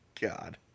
God